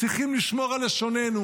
צריכים לשמור על לשוננו,